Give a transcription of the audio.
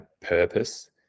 purpose